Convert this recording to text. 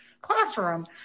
classroom